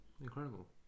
Incredible